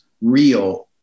real